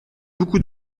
beaucoup